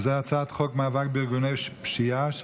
וזה הצעת חוק מאבק בארגוני פשיעה,